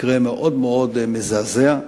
מקרה מאוד-מאוד מזעזע.